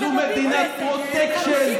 זו מדינת פרוטקשן,